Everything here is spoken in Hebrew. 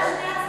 על שני הצדדים.